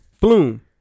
Bloom